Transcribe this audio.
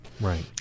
Right